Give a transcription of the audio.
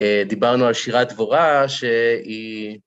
דיברנו על שירת דבורה שהיא...